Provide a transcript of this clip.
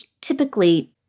typically